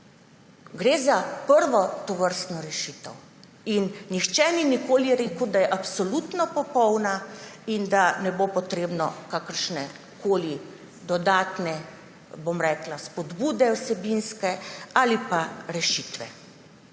Gre za prvo tovrstno rešitev. Nihče ni nikoli rekel, da je absolutno popolna in da ne bo potrebno kakršnekoli dodatne vsebinske spodbude ali pa rešitve.